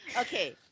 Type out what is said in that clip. Okay